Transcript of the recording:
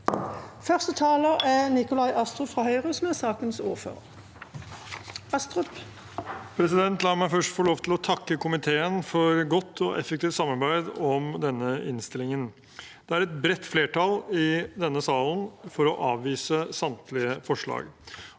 minutter. Nikolai Astrup (H) (ordfører for saken): La meg først få lov til å takke komiteen for godt og effektivt samarbeid om denne innstillingen. Det er et bredt flertall i denne salen for å avvise samtlige forslag,